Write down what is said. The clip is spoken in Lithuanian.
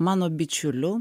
mano bičiulių